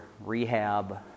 rehab